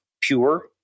pure